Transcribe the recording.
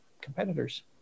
competitors